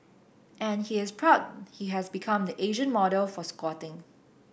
and he is proud he has become the Asian model for squatting